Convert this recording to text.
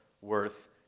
worth